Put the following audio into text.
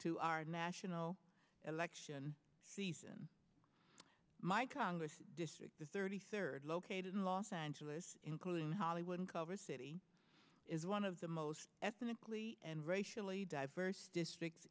to our national election season my congress district the thirty third located in los angeles including hollywood uncover city is one of the most ethnically and racially diverse districts